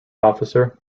officer